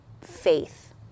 faith